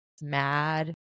mad